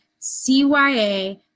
CYA